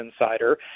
Insider